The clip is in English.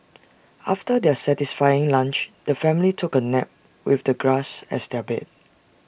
after their satisfying lunch the family took A nap with the grass as their bed